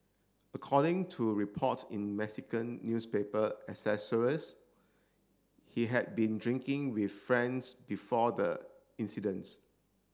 according to reports in Mexican newspaper he had been drinking with friends before the incidents